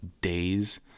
days